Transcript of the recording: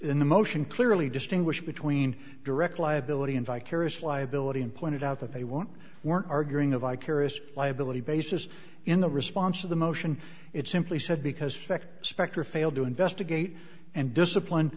the motion clearly distinguish between direct liability and vicarious liability and pointed out that they won't were arguing a vicarious liability basis in the response of the motion it simply said because fact specter failed to investigate and discipline